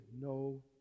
no